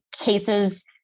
cases